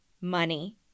money